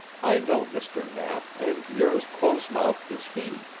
i know mr. knapp, and you're as close-mouthed as he,